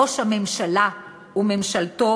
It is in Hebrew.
ראש הממשלה וממשלתו